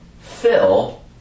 fill